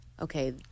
okay